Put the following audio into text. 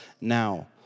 now